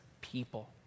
people